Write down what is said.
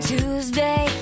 Tuesday